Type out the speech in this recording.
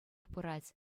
пырать